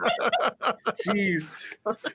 jeez